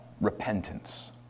repentance